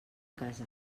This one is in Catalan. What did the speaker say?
casa